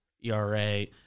era